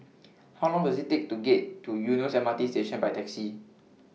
How Long Does IT Take to get to Eunos MRT Station By Taxi